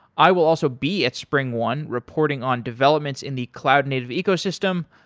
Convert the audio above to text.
i will also be at springone reporting on developments in the cloud native ecosystem.